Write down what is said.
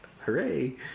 hooray